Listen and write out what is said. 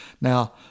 Now